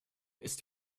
ist